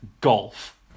golf